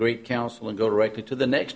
great council and go right to the next